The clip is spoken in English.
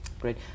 Great